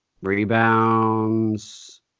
Rebounds